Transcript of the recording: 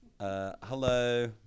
Hello